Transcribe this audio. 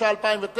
התש"ע 2009,